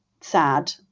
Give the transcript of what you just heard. sad